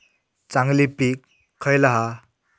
चांगली पीक खयला हा?